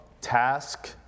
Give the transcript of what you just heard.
task